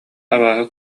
абааһы